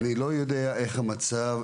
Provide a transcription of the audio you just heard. אני לא יודע איך המצב,